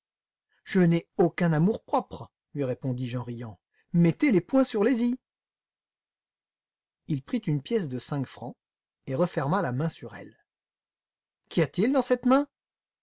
je n'ai aucun amour-propre lui répondis-je en riant mettez les points sur les i il prit une pièce de cinq francs et referma la main sur elle qu'y a-t-il dans cette main